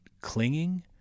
clinging